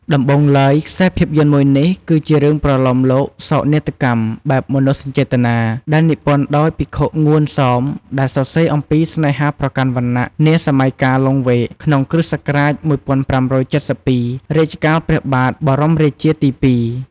ដំបូងឡើយ ខ្សែភាពយន្តមួយនេះ គឺជារឿងប្រលោមលោកសោកនាដកម្មបែបមនោសញ្ចេតនា ដែលនិពន្ធដោយភិក្ខុ ងួនសោម ដែលសរសេរអំពីស្នេហាប្រកាន់វណ្ណៈនា សម័យកាលលង្វែក ក្នុង គ្រិស្តសករាជ ១៥៧២ រជ្ជកាលព្រះបាទ បរមរាជាទី២ ។